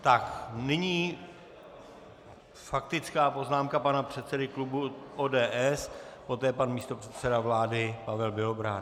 Tak, nyní faktická poznámka pana předsedy klubu ODS, poté pan místopředseda vlády Pavel Bělobrádek.